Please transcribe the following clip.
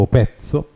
pezzo